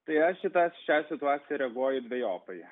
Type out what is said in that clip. tai aš į tą šią situaciją reaguoja dvejopai